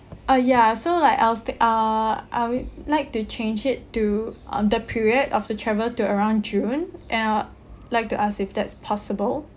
ah yeah so like I was t~ uh uh we like to change it to um the period of the travel to around june and uh like to ask if that's possible